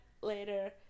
later